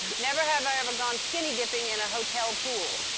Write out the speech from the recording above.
never have i ever gone skinny dipping in a hotel pool.